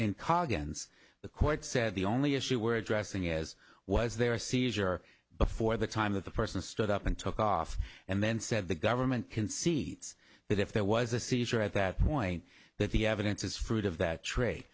coggins the court said the only issue we're addressing is was there a seizure before the time that the person stood up and took off and then said the government concedes that if there was a seizure at that point that the evidence is fruit of that tray